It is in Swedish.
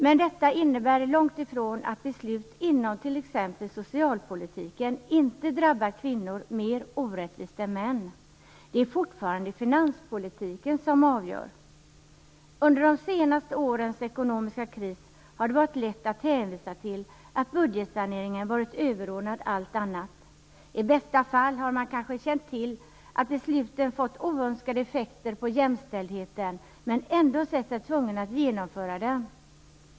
Men detta innebär långt ifrån att beslut inom t.ex. socialpolitiken inte drabbar kvinnor mer än män. Det är fortfarande finanspolitiken som avgör. Under de senaste årens ekonomiska kris har det varit lätt att hänvisa till att budgetsaneringen varit överordnad allt annat. I bästa fall har man kanske känt till att besluten fått oönskade effekter för jämställdheten men ändå sett sig tvungen att genomföra dem.